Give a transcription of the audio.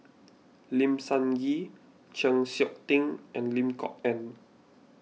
Lim Sun Gee Chng Seok Tin and Lim Kok Ann